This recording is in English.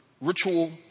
ritual